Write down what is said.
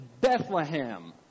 Bethlehem